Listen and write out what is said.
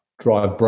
drive